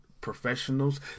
professionals